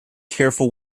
careful